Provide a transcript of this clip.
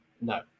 No